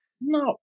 No